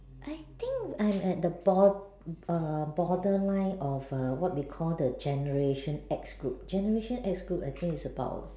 I think I'm at the bord~ err borderline of err what we call the generation X group generation X group I think is about